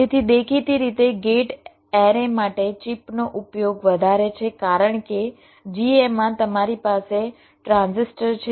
તેથી દેખીતી રીતે ગેટ એરે માટે ચિપનો ઉપયોગ વધારે છે કારણ કે GA માં તમારી પાસે ટ્રાન્ઝિસ્ટર છે